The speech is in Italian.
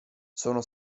sono